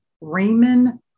Raymond